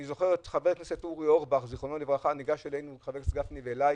אני זוכר את חבר הכנסת אורי אורבך ז"ל ניגש לחבר הכנסת גפני ואליי,